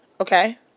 okay